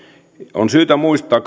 on syytä muistaa